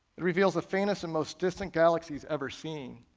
reveals the faintest and most distant galaxies ever seen.